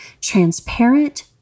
transparent